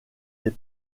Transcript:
des